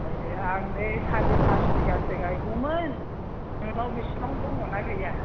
ओइ आं नै सारि फास बिघासो गायगौमोन नोंनाव बिसाबां दङ ना गैया